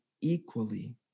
equally